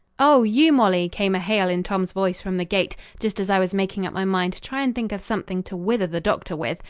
oh, you molly, came a hail in tom's voice from the gate, just as i was making up my mind to try and think of something to wither the doctor with,